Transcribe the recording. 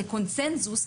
כקונצנזוס,